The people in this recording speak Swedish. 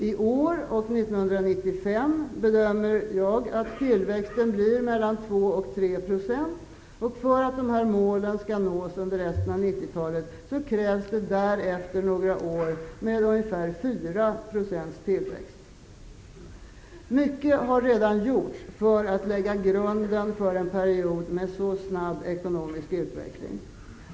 I år och 1995 bedömer jag att tillväxten blir mellan 2 och 3 %, och för att de här målen skall nås under resten av 1990-talet krävs det därefter några år med ungefär 4 % Mycket har redan gjorts för att lägga grunden för en period med så snabb ekonomisk utveckling.